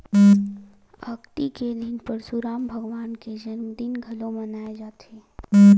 अक्ती के दिन परसुराम भगवान के जनमदिन घलोक मनाए जाथे